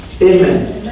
Amen